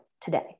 today